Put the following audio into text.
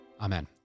Amen